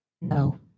No